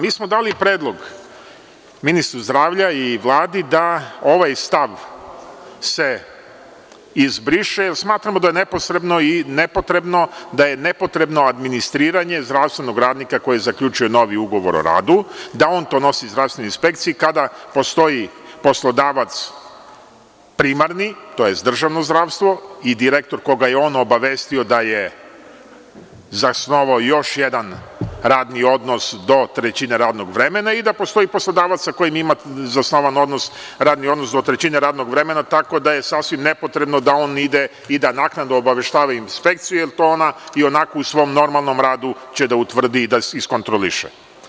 Mi smo dali predlog ministru zdravlja i Vladi da ovaj stav se izbriše, jer smatramo da je neposredno nepotrebno, da je nepotrebno administriranje zdravstvenog radnika koji je zaključio novi ugovor o radu, da on to nosi zdravstvenoj inspekciji kada postoji poslodavac primarni, tj. državno zdravstvo i direktor koga je on obavestio da je zasnovao još jedan radni odnos do trećine radnog vremena i da postoji poslodavac sa kojim ima zasnovan radni odnos do trećine radnog vremena, tako da je sasvim nepotrebno da on ide i da naknadno obaveštava inspekciju, jer to ona i onako u svom normalnom radu će da utvrdi i da iskontroliše.